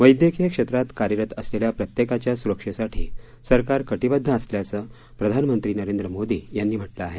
वैद्यकीय क्षेत्रात कार्यरत असलेल्या प्रत्येकाच्या स्रक्षेसाठी सरकार कटीबद्ध असल्याचे प्रधानमंत्री नरेंद्र मोदी यांनी म्हटलं आहे